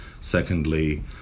Secondly